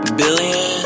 billion